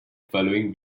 following